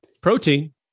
protein